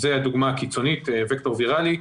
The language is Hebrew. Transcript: זו הדוגמה הקיצונית, וקטור ויראלי.